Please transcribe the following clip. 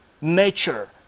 nature